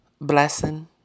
Blessing